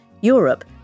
Europe